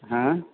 हँ